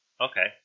Okay